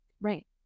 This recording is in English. right